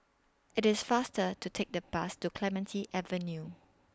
IT IS faster to Take The Bus to Clementi Avenue